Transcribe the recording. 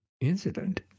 incident